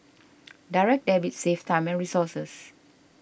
direct debit saves time and resources